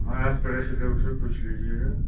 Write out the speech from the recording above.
वहाँ आस पड़ोस के लोगों से पूछ लीजिएगा